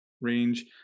range